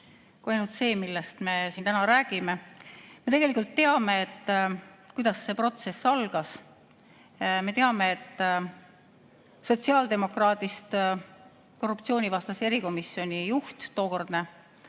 kui ainult see, millest me siin täna räägime. Me tegelikult teame, kuidas see protsess algas. Me teame, et sotsiaaldemokraadist korruptsioonivastase erikomisjoni tookordne